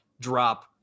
drop